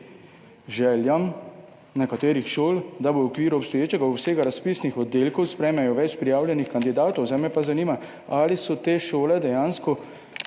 željam nekaterih šol, da v okviru obstoječega obsega razpisnih oddelkov sprejmejo več prijavljenih kandidatov. Zdaj me pa zanima, ali so te šole, ki so